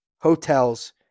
hotels